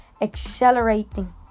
accelerating